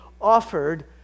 offered